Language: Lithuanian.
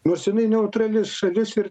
nors jinai neutrali šalis ir